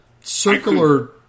circular